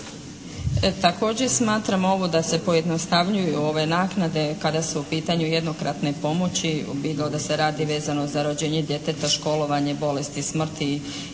Također smatram ovo da se pojednostavljuju ove naknade kada su u pitanju jednokratne pomoći bilo da se radi vezano za rođenje djeteta, školovanje, bolesti, smrti